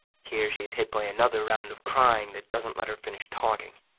here she's hit by another round of crying that doesn't let her finish talking.